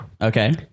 okay